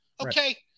Okay